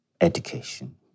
education